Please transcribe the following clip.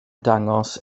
dangos